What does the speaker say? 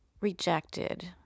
rejected